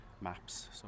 maps